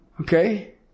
Okay